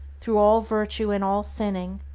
through all virtue and all sinning,